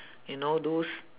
you know those